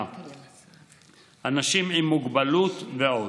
אנשים עם מוגבלות ועוד.